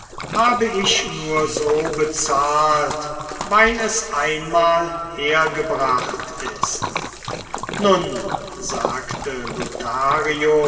habe ich nur so bezahlt weil es einmal hergebracht ist nun sagte lothario